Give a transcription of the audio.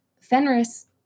Fenris